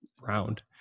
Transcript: round